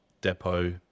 depot